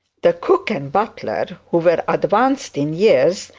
the cook and butler, who were advanced in years,